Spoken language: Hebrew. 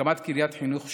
הקמת קריית חינוך שיקומית,